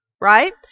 right